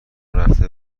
رفته